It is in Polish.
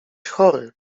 chory